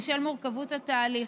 בשל מורכבות התהליך,